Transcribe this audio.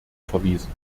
verwiesen